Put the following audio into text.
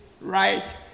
right